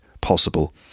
possible